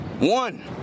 One